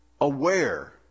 aware